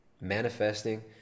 manifesting